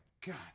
God